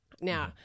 Now